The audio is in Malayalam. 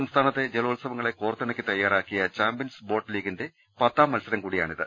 സംസ്ഥാനത്തെ ജലോ ത്സവങ്ങളെ കോർത്തിണക്കി തയ്യാറാക്കിയ ചാമ്പൃൻസ് ബോട്ട് ലീഗിന്റെ പ ത്താം മത്സരം കൂടിയാണിത്